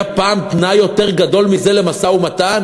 היה פעם תנאי יותר גדול מזה למשא-ומתן?